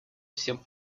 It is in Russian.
всем